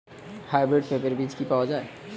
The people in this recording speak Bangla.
হাইব্রিড পেঁপের বীজ কি পাওয়া যায়?